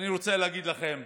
אני רוצה להגיד לכם,